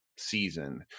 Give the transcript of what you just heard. Season